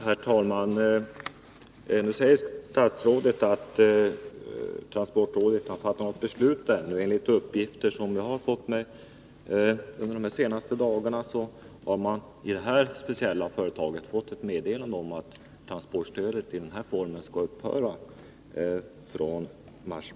Herr talman! Nu säger statsrådet att transportrådet inte har fattat något beslut ännu. Enligt uppgifter som jag har fått under de senaste dagarna har mani det här speciella företaget fått ett meddelande om att transportstödet i den här formen skall upphöra i mars.